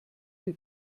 sie